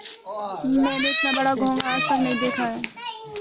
मैंने इतना बड़ा घोंघा आज तक नही देखा है